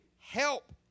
help